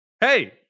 Hey